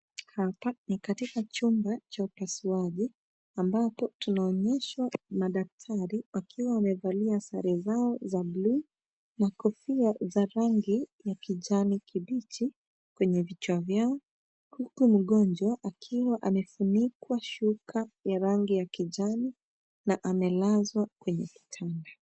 Hapa ni katika chumba cha upasuaji, ambapo tunaonyeshwa madaktari wakiwa wamevalia sare zao za blue na kofia za rangi ya kijani kibichi kwenye vichwa vyao, huku mgonjwa akiwa amefunikwa shuka ya rangi ya kijani na amelazwa kwenye kitanda.